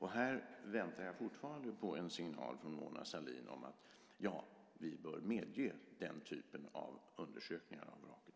Här väntar jag fortfarande på signalen från Mona Sahlin: Ja, vi bör medge den typen av undersökningar av vraket.